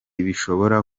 bishobora